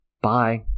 Bye